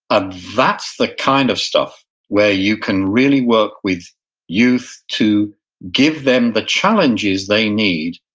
ah that's the kind of stuff where you can really work with youth to give them the challenges they need.